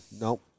Nope